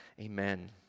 Amen